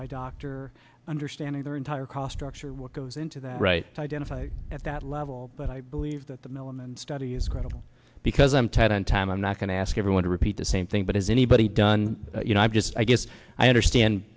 by doctor understanding their entire cost oxer what goes into that right to identify at that level but i believe that the milam and study is credible because i'm tight on time i'm not going to ask everyone to repeat the same thing but has anybody done you know i'm just i guess i understand